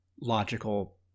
logical